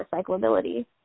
recyclability